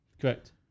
Correct